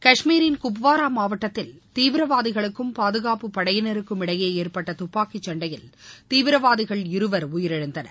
காஷ்மீரின் குப்வாரா மாவட்டத்தில் தீவிரவாதிகளுக்கும் பாதுகாப்பு படையினருக்கும் இடையே ஏற்பட்ட துப்பாக்கி சண்டையில் தீவிரவாதிகள் இருவர் உயிரிழந்தனர்